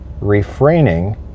refraining